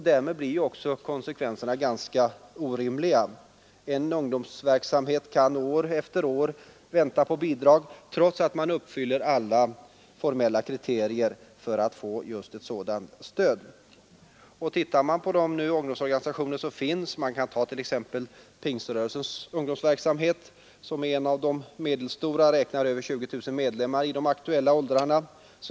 Därmed blir konsekvenserna orimliga. En ungdomsorganisation kan år efter år få vänta på bidrag till sin verksamhet trots att den uppfyller alla formella kriterier för att få sådant stöd. Ett exempel på sådana organisationer är Pingströrelsens ungdomsverksamhet, som är en av de stora ungdomsorganisationerna — den har över 20 000 medlemmar i bidragsberättigad ålder.